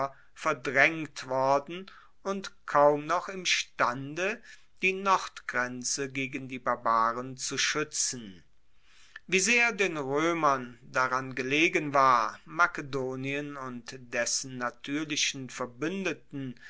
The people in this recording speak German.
verdraengt worden und kaum noch imstande die nordgrenze gegen die barbaren zu schuetzen wie sehr den roemern daran gelegen war makedonien und dessen natuerlichen verbuendeten